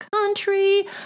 country